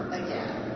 again